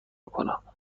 کنم